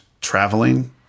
traveling